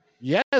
yes